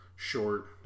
Short